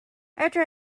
after